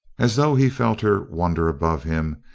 as though he felt her wonder above him,